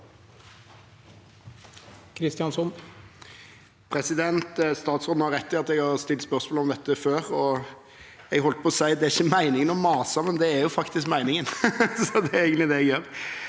Kristjánsson (R) Statsråden har rett i at jeg har stilt spørsmål om dette før. Jeg holdt på å si: Det er ikke meningen å mase, men det er faktisk meningen – det er egentlig det jeg gjør.